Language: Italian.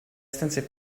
stanze